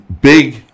big